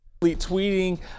Tweeting